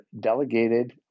delegated